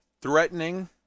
threatening